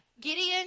Gideon